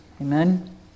Amen